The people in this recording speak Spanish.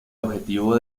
objetivo